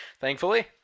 thankfully